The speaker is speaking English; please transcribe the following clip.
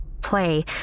play